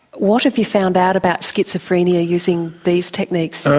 what have you found out about schizophrenia using these techniques?